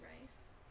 rice